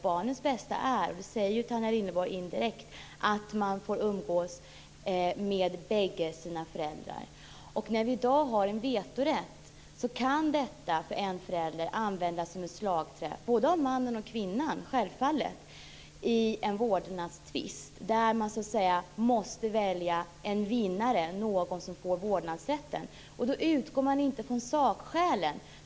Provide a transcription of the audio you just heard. Barnens bästa är, det säger Tanja Linderborg indirekt, att de får umgås med bägge sina föräldrar. I dag har vi en vetorätt. Den kan av en förälder användas som ett slagträ, självfallet både av mannen och kvinnan, i en vårdnadstvist där man måste välja en vinnare - någon som får vårdnadsrätten. Då utgår man inte från sakskälen.